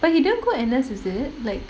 but he didn't go N_S is it like